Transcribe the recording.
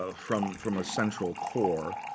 ah from from a central core.